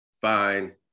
fine